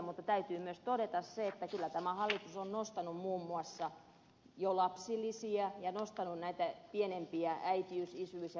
mutta täytyy myös todeta se että kyllä tämä hallitus on nostanut muun muassa jo lapsilisiä ja nostanut pienempiä äitiys isyys ja vanhempainrahoja